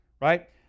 right